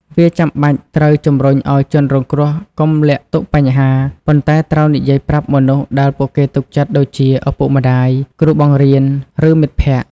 វាចាំបាច់ត្រូវ ជំរុញឲ្យជនរងគ្រោះកុំលាក់ទុកបញ្ហា ប៉ុន្តែត្រូវនិយាយប្រាប់មនុស្សដែលពួកគេទុកចិត្តដូចជាឪពុកម្តាយ គ្រូបង្រៀន ឬមិត្តភក្តិ។